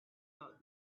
about